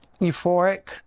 euphoric